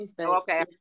Okay